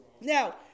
Now